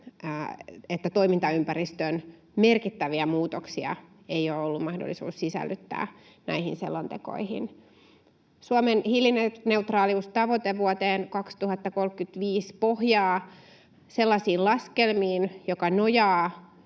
että toimintaympäristön merkittäviä muutoksia ei ole ollut mahdollista sisällyttää näihin selontekoihin. Suomen hiilineutraaliustavoite vuoteen 2035 pohjaa sellaisiin laskelmiin, jotka nojaavat